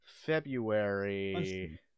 February